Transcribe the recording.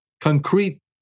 concrete